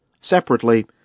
Separately